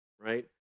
right